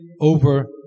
over